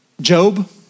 Job